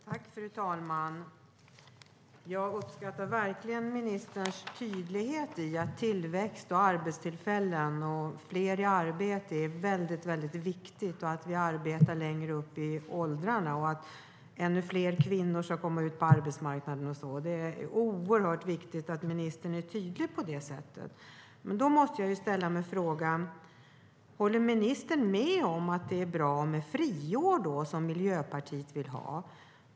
Fru talman! Jag uppskattar verkligen ministerns tydlighet om att tillväxt, arbetstillfällen och fler i arbete är väldigt viktigt, liksom att vi arbetar längre upp i åldrarna och att fler kvinnor ska komma ut på arbetsmarknaden. Det är oerhört viktigt att ministern är tydlig på det sättet. Då måste jag ställa frågan: Håller ministern med om att det är bra med friår, som Miljöpartiet vill ha?